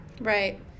right